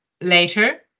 later